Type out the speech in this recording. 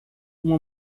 uma